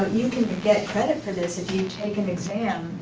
can get credit for this if you take an exam.